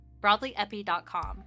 BroadlyEpi.com